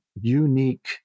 unique